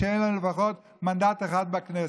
שאין לה לפחות מנדט אחד בכנסת.